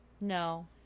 No